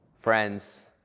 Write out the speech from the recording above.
Friends